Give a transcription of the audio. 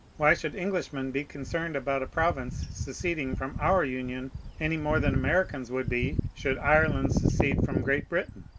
why should english men be concerned about a province seceding from our union any more than americans would be should ireland secede from great britain?